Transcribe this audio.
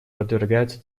подвергаются